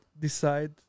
decide